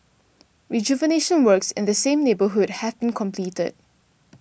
rejuvenation works in the same neighbourhood have been completed